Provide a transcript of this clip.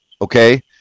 Okay